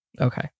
okay